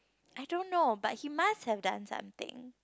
I don't know but he must have done something